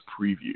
preview